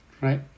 right